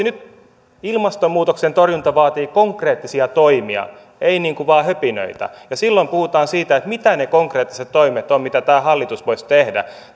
nyt ilmastonmuutoksen torjunta vaatii oikeasti konkreettisia toimia ei vain höpinöitä ja silloin puhutaan siitä mitä ne konkreettiset toimet ovat mitä tämä hallitus voisi tehdä